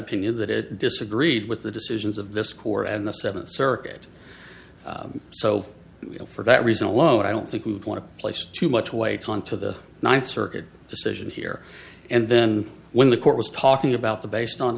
opinion that it disagreed with the decisions of the score and the seventh circuit so for that reason alone i don't think we would want to place too much weight onto the ninth circuit decision here and then when the court was talking about the based on